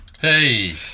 Hey